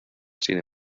sin